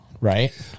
right